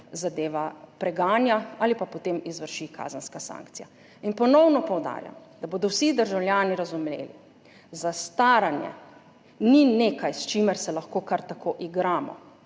zadeva preganja ali pa potem izvrši kazenska sankcija. Ponovno poudarjam, da bodo vsi državljani razumeli, zastaranje ni nekaj, s čimer se lahko kar tako igramo.